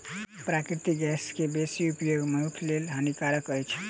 प्राकृतिक गैस के बेसी उपयोग मनुखक लेल हानिकारक अछि